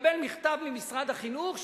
התקבל מכתב ממשרד החינוך,